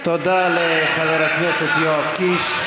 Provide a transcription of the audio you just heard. תודה לחבר הכנסת יואב קיש.